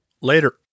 later